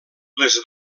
les